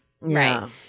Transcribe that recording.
Right